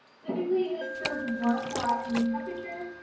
typically, it is served warm or at room temperature.